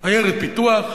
עיירת פיתוח,